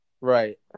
Right